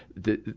the,